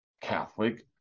Catholic